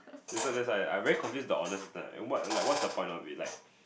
that's why that's why I very confused with the honours system like what what's the point of it like